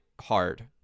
hard